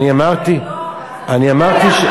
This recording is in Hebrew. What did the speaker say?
אני אמרתי,